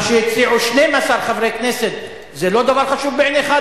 מה שהציעו 12 חברי כנסת זה לא דבר חשוב בעיניך,